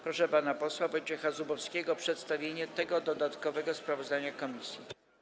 Proszę pana posła Wojciecha Zubowskiego o przedstawienie dodatkowego sprawozdania komisji.